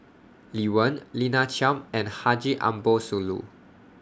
Lee Wen Lina Chiam and Haji Ambo Sooloh